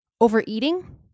Overeating